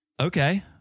Okay